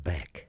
Back